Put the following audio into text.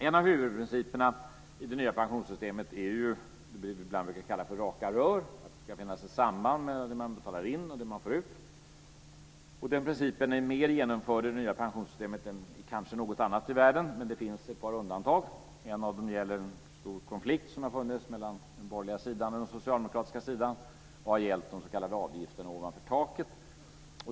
En av huvudprinciperna i det nya pensionssystemet är det vi ibland brukar kalla raka rör, att det ska finnas ett samband mellan det man betalar in och det man får ut. Den principen är mer genomförd i det nya pensionssystemet än i kanske något annat system i världen. Det finns ett par undantag. Ett av dem gäller en stor konflikt som har funnits mellan den borgerliga sidan och den socialdemokratiska sidan och har gällt de s.k. avgifterna ovanför taket.